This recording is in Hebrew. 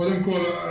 קודם כל,